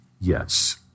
yes